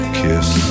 kiss